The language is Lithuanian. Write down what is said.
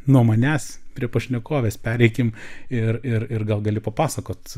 nuo manęs prie pašnekovės pereikim ir ir ir gal gali papasakot